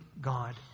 God